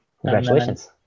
congratulations